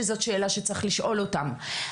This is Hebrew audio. שזאת שאלה שצריך לשאול גם אותם,